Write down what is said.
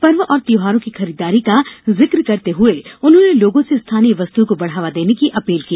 पर्व और त्यौहारों की खरीददारी का जिक करते हुए उन्होंने लोगों से स्थानीय वस्तुओं को बढ़ावा देने की अपील की